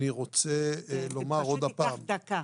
זה ייקח דקה,